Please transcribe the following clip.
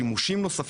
באיזו תצורה?